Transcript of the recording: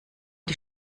die